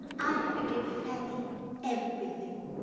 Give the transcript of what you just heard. i forgive fanny everything